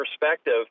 perspective